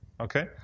Okay